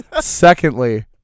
secondly